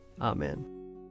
Amen